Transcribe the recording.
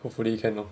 hopefully can lor